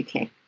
UK